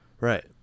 Right